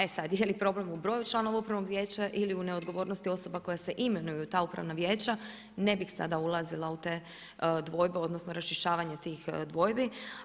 E sad, je li problem u broju članova upravnog vijeća ili u neodgovornosti osoba koja se imenuju u ta upravna vijeća, ne bih sada ulazila u te dvojbe, odnosno raščišćavanja tih dvojbi.